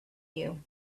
you